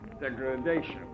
degradation